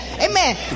amen